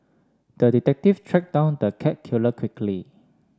the detective tracked down the cat killer quickly